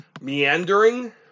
meandering